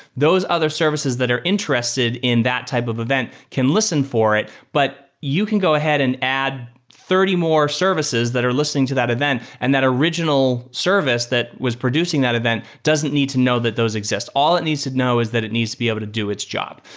those other services that are interested in that type of event can listen for it, but you can go ahead and add thirty more services that are listening to that event and that original service that was producing that event doesn't need to know that those exist. all it needs to now is that it needs to be able to do its job.